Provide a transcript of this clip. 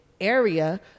area